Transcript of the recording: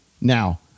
Now